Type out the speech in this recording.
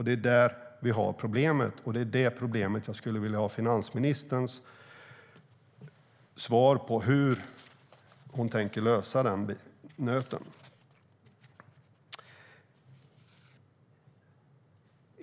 Det är där problemet finns, och jag vill ha finansministerns svar på hur hon tänker knäcka den nöten.